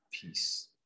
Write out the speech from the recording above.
peace